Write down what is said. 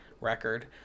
record